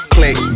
Click